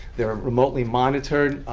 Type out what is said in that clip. they're remotely monitored.